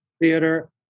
theater